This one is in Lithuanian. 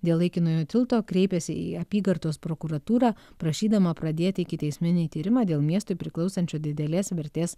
dėl laikinojo tilto kreipėsi į apygardos prokuratūrą prašydama pradėti ikiteisminį tyrimą dėl miestui priklausančio didelės vertės